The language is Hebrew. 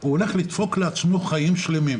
הוא הולך לדפוק לעצמו חיים שלמים,